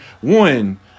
one